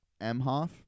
Emhoff